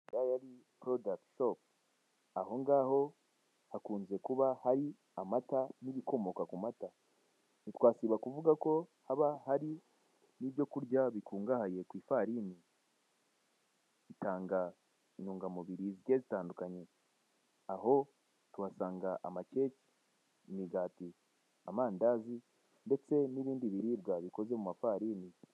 Dayari porodagite shopu aho ngaho hakunze kuba hari amata n'ibikomoka ku mata. ntitwasiba kuvuga ko haba hari ibyo kurya bikungahaye ku ifarini bitanga intungamubiri zigiye zitandukanye, aho tuhasanga ama keke, imigati n'amandazi ndetse n'ibindi biribwa bikozwe mu ifarini.